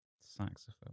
saxophone